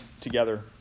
together